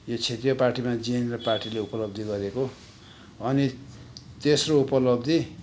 यो क्षेत्रीय पार्टीमा जिएनएलएफ पार्टीले उपलब्धि गरेको अनि तेस्रो उपलब्धि